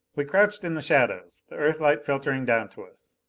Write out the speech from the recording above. we crouched in the shadows, the earthlight filtering down to us.